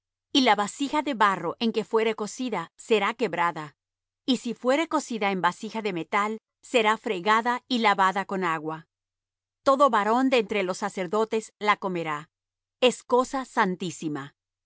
y la vasija de barro en que fuere cocida será quebrada y si fuere cocida en vasija de metal será fregada y lavada con agua todo varón de entre los sacerdotes la comerá es cosa santísima